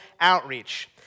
outreach